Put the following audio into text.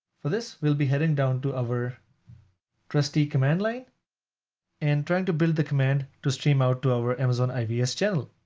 for this, we'll be heading down to our trusty command line and trying to build the command to stream out to our amazon ivs channel.